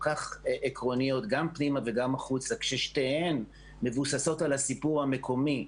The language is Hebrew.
כך עקרוניות גם פנימה וגם החוצה כששתיהן מבוססות על הסיפור המקומי,